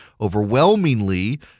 overwhelmingly